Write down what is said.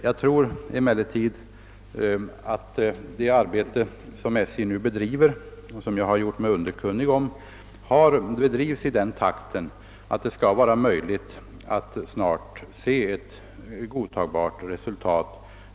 Jag tror emellertid att det arbete som SJ nu bedriver och som jag har gjort mig under kunnig om också sker i sådan takt att det skall vara möjligt att snart få se ett godtagbart resultat.